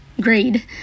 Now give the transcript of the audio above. grade